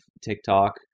TikTok